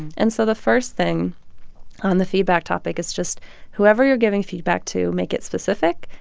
and so the first thing on the feedback topic is just whoever you're giving feedback to, make it specific.